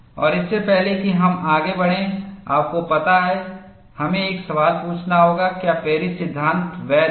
और इससे पहले कि हम आगे बढ़ें आपको पता है हमें एक सवाल पूछना होगा क्या पेरिस सिद्धांत वैध है